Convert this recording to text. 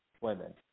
women